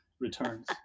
Returns